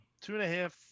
two-and-a-half